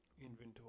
inventory